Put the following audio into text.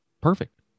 perfect